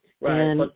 Right